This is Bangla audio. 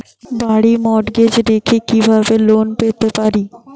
বাড়ি মর্টগেজ রেখে কিভাবে লোন পেতে পারি?